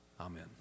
Amen